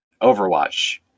overwatch